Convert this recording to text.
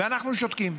ואנחנו שותקים.